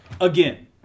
again